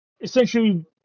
essentially